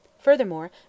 furthermore